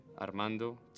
Armando